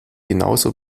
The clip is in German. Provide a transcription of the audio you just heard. genauso